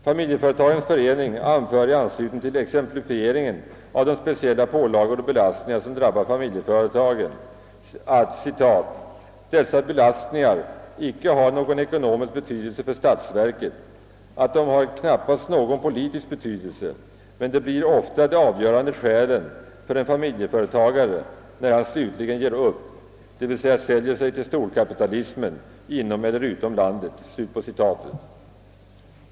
Familjeföretagens förening anför i anslutning till exemplifieringen av de speciella påla gor och belastningar som drabbar familjebolagen, att dessa belastningar icke har någon ekonomisk betydelse för statsverket och att de knappast har någon politisk betydelse, men de blir ofta de avgörande skälen för en familleföretagare, »när han slutligen ger upp — d.v.s. säljer sig till storkapita Jismen inom eller utom landet».